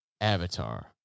Avatar